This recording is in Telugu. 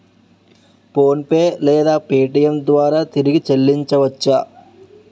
ఫోన్పే లేదా పేటీఏం ద్వారా తిరిగి చల్లించవచ్చ?